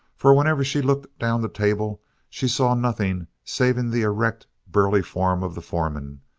for whenever she looked down the table she saw nothing saving the erect, burly form of the foreman,